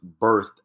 birthed